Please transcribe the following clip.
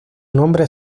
nombre